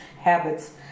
habits